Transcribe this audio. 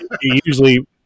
Usually